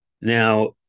now